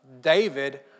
David